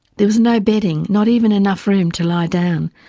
there was no bedding, not even enough room to lie down.